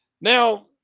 Now